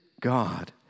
God